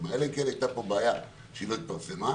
אלא אם כן הייתה בעיה של חוסר פרסום,